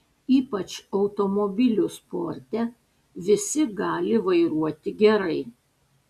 ypač automobilių sporte visi gali vairuoti gerai